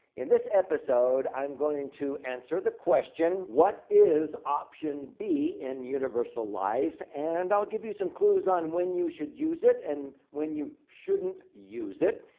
in this episode, i'm going to answer the question what is option b in universal life? and i'll give you some clues on when you should use it and when you shouldn't use it.